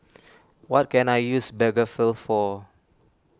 what can I use Blephagel for